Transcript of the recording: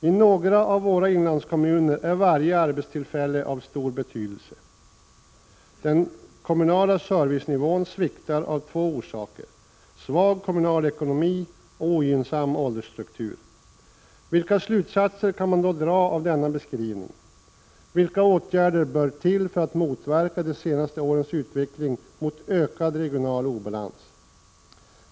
I några av våra inlandskommuner är varje arbetstillfälle av stor betydelse. Den kommunala servicenivån sviktar av två orsaker: svag kommunal ekonomi och ogynnsam åldersstruktur. Vilka slutsatser kan man då dra av denna beskrivning? Vilka åtgärder bör till för att motverka de senaste årens utveckling mot ökad regional obalans?